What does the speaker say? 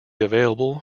available